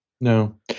No